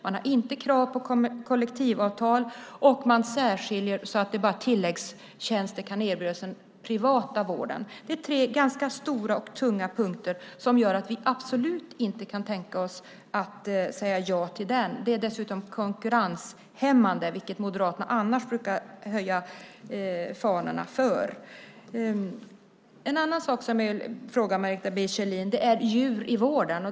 Man har inte krav på kollektivavtal, och man särskiljer så att tilläggstjänster bara kan erbjudas i den privata vården. Det är tre ganska stora och tunga punkter som gör att vi absolut inte kan tänka oss att säga ja till den. Detta är dessutom konkurrenshämmande, vilket Moderaterna annars brukar höja fanorna för. En annan sak som jag vill fråga Margareta B Kjellin gäller djur i vården.